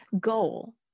goal